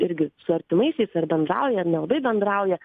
irgi su artimaisiais ar bendrauja ar nelabai bendrauja